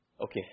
Okay